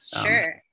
sure